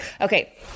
Okay